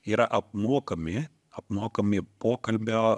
yra apmokami apmokami pokalbio